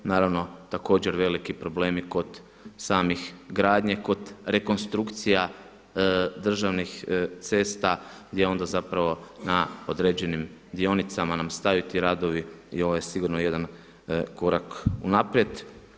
Naravno također veliki problemi kod same gradnje, kod rekonstrukcija državnih cesta gdje onda zapravo na određenim dionicama nam staju ti radovi i ovo je sigurno jedan korak unaprijed.